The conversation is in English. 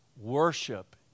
Worship